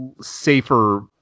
Safer